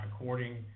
according